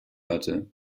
hatte